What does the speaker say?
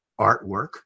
artwork